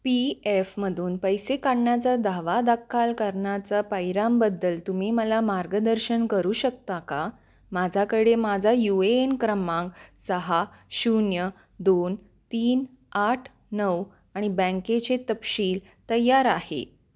P एफमधून पैसे काढण्याचा दावा दाखल करण्याच्या पायऱ्यांबद्दल तुम्ही मला मार्गदर्शन करू शकता का माझाकडे माझा यू ए एन क्रमांक सहा शून्य दोन तीन आठ नऊ आणि बँकेचे तपशील तयार आहे